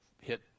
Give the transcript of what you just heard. hit